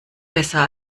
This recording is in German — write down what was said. besser